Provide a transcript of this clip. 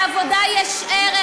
לעבודה יש ערך,